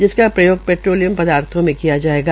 जिसका प्रयोग पेट्रोलियम पदार्थो मे किया जायेगा